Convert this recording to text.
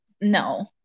no